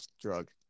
drug